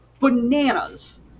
bananas